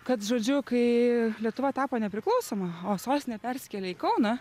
kad žodžiu kai lietuva tapo nepriklausoma o sostinė persikėlė į kauną